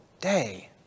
day